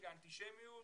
אנטישמיות,